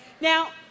Now